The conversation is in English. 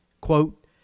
quote